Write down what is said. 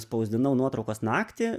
spausdinau nuotraukas naktį